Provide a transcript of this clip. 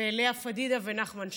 ולאה פדידה ונחמן שי.